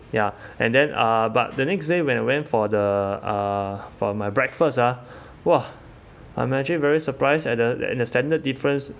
ya and then uh but the next day when I went for the uh for my breakfast uh !wah! I'm actually very surprised at the at the standard difference